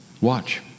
Watch